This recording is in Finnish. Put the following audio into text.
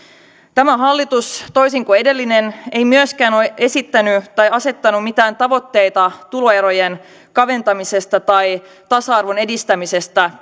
tämä hallitus toisin kuin edellinen ei myöskään ole esittänyt tai asettanut mitään tavoitteita tuloerojen kaventamisesta tai tasa arvon edistämisestä